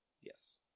yes